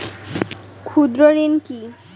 ক্ষুদ্র ঋণ কি?